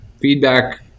feedback